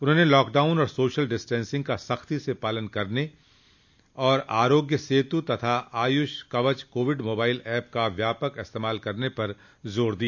उन्होंने लॉकडाउन और social distancing का सख्ती से पालने करने तथा आरोग्य सेतु और Ayush Kavach Covid mobile app का व्यापक इस्तेमाल करने पर जोर दिया